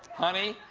honey?